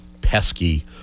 pesky